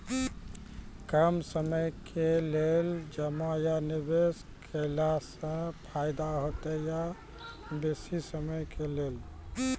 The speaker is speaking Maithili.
कम समय के लेल जमा या निवेश केलासॅ फायदा हेते या बेसी समय के लेल?